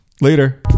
Later